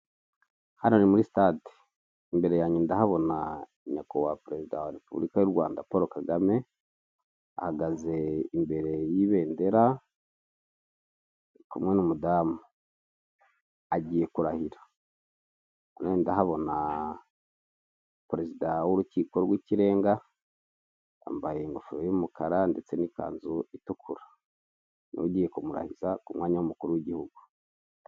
Hano ni muri sitade imbere yanjye ndahabona nyakubahwa perezida wa repubulika y'u Rwanda paul kagame ahagaze imbere y'ibendera ari kumwe n'umudamu agiye kurahira, ndahabona perezida w'urukiko rw'ikirenga yambaye ingofero y'umukara ndetse n'ikanzu itukura niwe ugiye kumurahiriza ku mwanya w'umukuru w'igihugu.